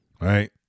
right